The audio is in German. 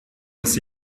das